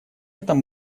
этом